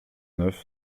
neuf